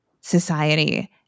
society